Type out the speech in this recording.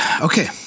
okay